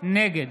נגד